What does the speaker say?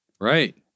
Right